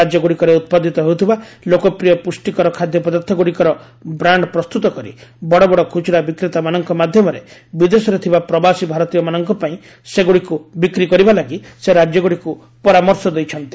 ରାଜ୍ୟ ଗୁଡ଼ିକରେ ଉତ୍ପାଦିତ ହେଉଥିବା ଲୋକପ୍ରିୟ ପୁଷ୍ଟିକର ଖାଦ୍ୟପଦାର୍ଥ ଗୁଡ଼ିକର ବ୍ରାଣ୍ଡ ପ୍ରସ୍ତୁତ କରି ବଡ଼ ବଡ଼ ଖୁଚୁରା ବିକ୍ରେତାମାନଙ୍କ ମାଧ୍ୟମରେ ବିଦେଶରେ ଥିବା ପ୍ରବାସୀ ଭାରତୀୟମାନଙ୍କ ପାଇଁ ସେଗୁଡ଼ିକୁ ବିକ୍ରି କରିବା ଲାଗି ସେ ରାଜ୍ୟଗୁଡ଼ିକୁ ପରାମର୍ଶ ଦେଇଛନ୍ତି